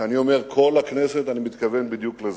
כשאני אומר כל הכנסת, אני מתכוון בדיוק לזה: